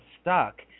stuck